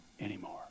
anymore